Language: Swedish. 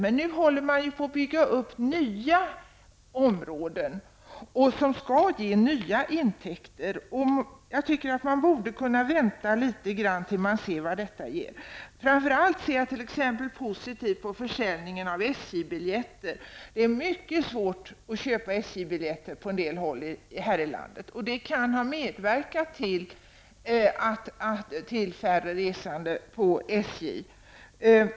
Nu håller nya områden på att byggas upp som skall ge nya intäkter. Man borde kunna vänta litet tills man ser vad detta ger. Framför allt ser jag positivt på försäljningen av SJ-biljetter. Det är mycket svårt att köpa SJ-biljetter på en del håll i landet. Det kan ha medverkat till att det är färre resande på SJ.